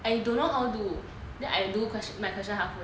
I don't know how do then I do my question halfway